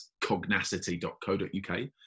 cognacity.co.uk